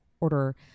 order